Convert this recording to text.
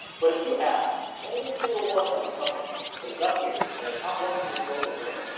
but, if you ask any single one of the companies that is up here in the top one hundred global brands,